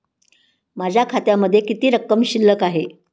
माझ्या खात्यामध्ये किती रक्कम शिल्लक आहे?